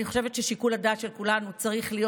אני חושבת ששיקול הדעת של כולנו צריך להיות